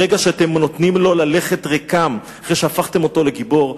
ברגע שאתם נותנים לו ללכת ריקם אחרי שהפכתם אותו גיבור,